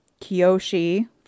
Kyoshi